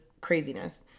craziness